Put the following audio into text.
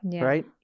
right